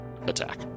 attack